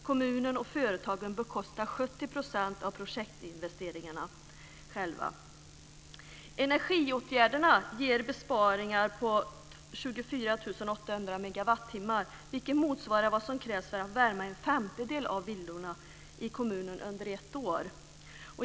Kommunen och företagen bekostar 70 % av projektinvesteringarna själva. Energiåtgärderna ger besparingar på 24 800 megawattimmar, vilket motsvarar vad som krävs för att värma en femtedel av villorna i kommunen under ett år.